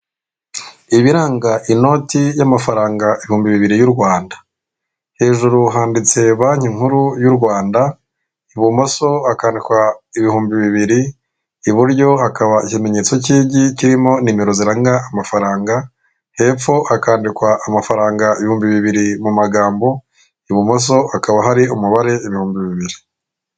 Ibiranga inoti y'amafaranga ibihumbi bibiri y'u Rwanda, hejuru handitse banki nkuru y'u Rwanda ibumoso hakandikwa ibihumbi bibiri, iburyo hakaba ikimenyetso cy'igi kirimo nimero ziranga amafaranga, hepfo hakandikwa amafaranga ibihumbi bibiri mu magambo ibumoso hakaba hari ibihumbi bibiri.